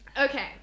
Okay